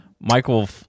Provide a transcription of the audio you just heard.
Michael